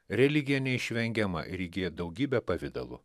religija neišvengiama ir įgyja daugybę pavidalų